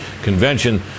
convention